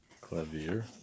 Clavier